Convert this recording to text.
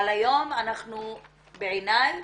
אבל היום, בעיניי,